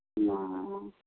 हाँ